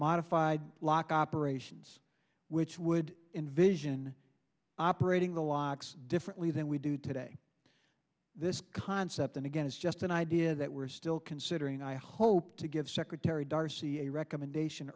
modified lock operations which would envision operating the locks differently than we do today this concept and again it's just an idea that we're still considering i hope to give secretary darcy a recommendation